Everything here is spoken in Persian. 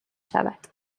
شود